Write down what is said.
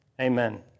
Amen